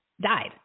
died